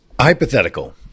hypothetical